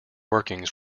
workings